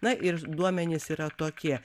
na ir duomenys yra tokie